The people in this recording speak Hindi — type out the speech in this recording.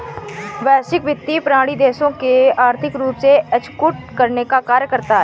वैश्विक वित्तीय प्रणाली देशों को आर्थिक रूप से एकजुट करने का कार्य करता है